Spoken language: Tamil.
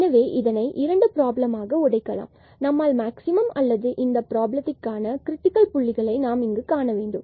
எனவே இதை இரண்டு பிராபலமாக உடைக்கலாம் எனவே நாம் மேக்ஸிமம் அல்லது இந்த ப்ராபளத்திற்கான கிரிட்டிக்கல் புள்ளிகளை காண வேண்டும்